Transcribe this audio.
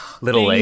Little